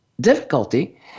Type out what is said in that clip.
difficulty